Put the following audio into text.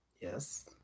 Yes